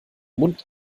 mund